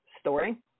story